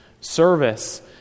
Service